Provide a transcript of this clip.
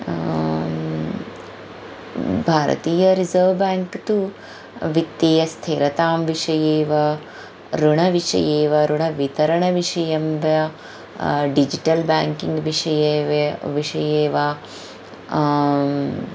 भारतीय Reserve Bank तु वित्तीयस्थिरतां विषये वा ऋणविषये वा ऋणवितरणविषयं दा डिजिटल् बेङ्किङ्ग् विषये वा विषये वा